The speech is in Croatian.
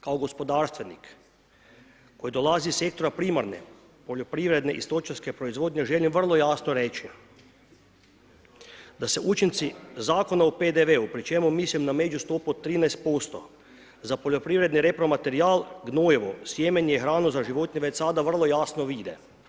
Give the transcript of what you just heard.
Kao gospodarstvenik koji dolazi iz sektora primarne poljoprivredne i stočarske proizvodnje želim vrlo jasno reći da se učinci zakona o PDV-u pri čemu mislim na međustopu od 13% za poljoprivredni repro materijal gnojivo, sjemenje i hranu za životinje već sada vrlo jasno vide.